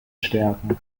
stärken